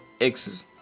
exes